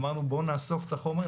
אמרנו: בוא נאסוף את החומר,